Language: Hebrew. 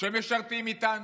שמשרתים איתנו,